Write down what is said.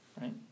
Right